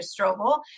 Strobel